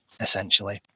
essentially